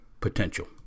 potential